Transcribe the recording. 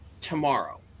tomorrow